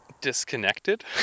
Disconnected